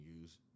use